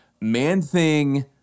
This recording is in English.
Man-Thing